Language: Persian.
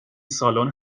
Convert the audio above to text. سالن